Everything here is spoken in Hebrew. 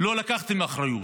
לא לקחתם אחריות.